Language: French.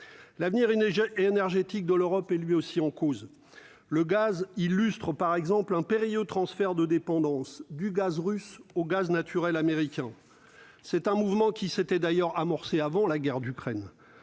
neigeait énergétique de l'Europe est lui aussi en cause le gaz illustre par exemple un périlleux transferts de dépendance du gaz russe au gaz naturel américain, c'est un mouvement qui s'était d'ailleurs amorcé avant la guerre, d'Ukraine,